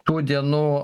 tų dienų